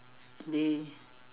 they